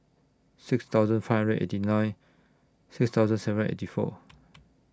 six thousand five hundred eighty nine six thousand seven eighty four